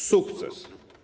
Sukces.